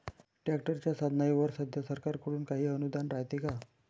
ट्रॅक्टरच्या साधनाईवर सध्या सरकार कडून काही अनुदान रायते का?